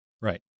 Right